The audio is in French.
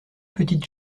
petites